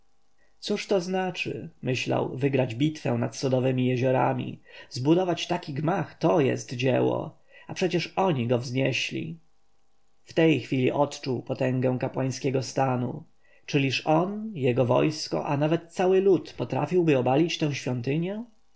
co to znaczy myślał wygrać bitwę nad sodowemi jeziorami zbudować taki gmach to jest dzieło a przecież oni go wznieśli w tej chwili odczuł potęgę kapłańskiego stanu czyliż on jego wojsko a nawet cały lud potrafiłby obalić tę świątynię